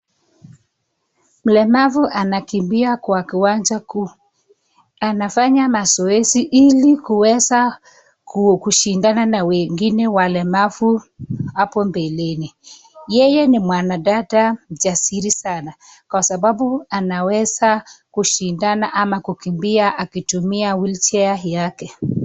Mlemavu anakimbia kwa kiwanja kuu anafanya mazoezi ili kuweza kushindana na wengine walemavu hapo mbeleni. Yeye ni mwanadada jasiri sana kwa sababu anaweza kushindana ama kukimbia akitumia wheelchair yake.